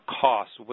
costs